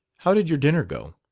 how did your dinner go?